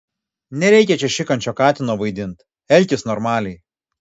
nereikia čia šikančio katino vaidint elkis normaliai